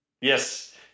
Yes